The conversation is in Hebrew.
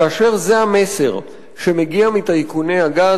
כאשר זה המסר שמגיע מטייקוני הגז,